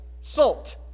Salt